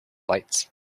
lights